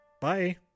Bye